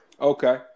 Okay